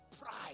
pride